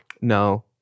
No